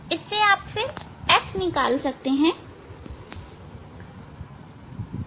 आप फिर f निकाल सकते है